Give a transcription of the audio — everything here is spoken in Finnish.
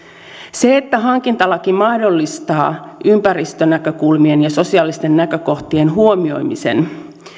se että hankintalaki mahdollistaa ympäristönäkökulmien ja sosiaalisten näkökohtien huomioimisen